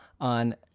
on